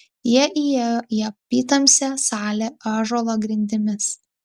jie įėjo į apytamsę salę ąžuolo grindimis